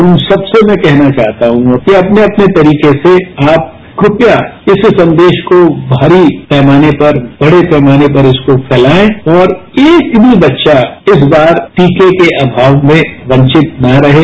उन सबसे मैं कहना चाहता हूं कि अपने अपने तरीके से आप कृपया इस संदेश को भारी पैमाने पर बड़े पैमाने पर इसको फैलाए और एक भी बच्चो इस बार टीके के अमाव में वंचित न रहें